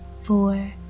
four